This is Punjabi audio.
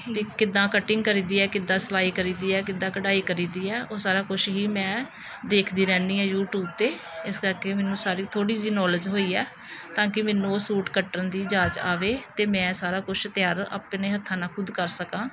ਪੀ ਕਿੱਦਾਂ ਕਟਿੰਗ ਕਰੀਦੀ ਹੈ ਕਿੱਦਾਂ ਸਿਲਾਈ ਕਰੀਦੀ ਹੈ ਕਿੱਦਾਂ ਕਢਾਈ ਕਰੀਦੀ ਹੈ ਉਹ ਸਾਰਾ ਕੁਛ ਹੀ ਮੈਂ ਦੇਖਦੀ ਰਹਿੰਦੀ ਹਾਂ ਯੂਟੀਊਬ 'ਤੇ ਇਸ ਕਰਕੇ ਮੈਨੂੰ ਸਾਰੀ ਥੋੜ੍ਹੀ ਜਿਹੀ ਨੌਲੇਜ ਹੋਈ ਹੈ ਤਾਂ ਕਿ ਮੈਨੂੰ ਉਹ ਸੂਟ ਕੱਟਣ ਦੀ ਜਾਚ ਆਵੇ ਅਤੇ ਮੈਂ ਸਾਰਾ ਕੁਛ ਤਿਆਰ ਆਪਣੇ ਹੱਥਾਂ ਨਾਲ ਖੁਦ ਕਰ ਸਕਾਂ